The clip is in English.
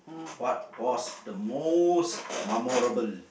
what was the most memorable